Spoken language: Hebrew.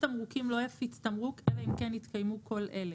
תמרוקים לא יפיץ תמרוק אלא אם כן התקיימו כל אלה: